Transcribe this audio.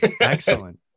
Excellent